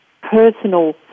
personal